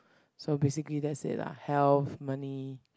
so basically that's it lah health money